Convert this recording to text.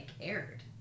aired